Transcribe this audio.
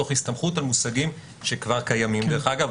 תוך הסתמכות על מושגים שכבר קיימים דרך אגב,